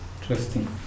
Interesting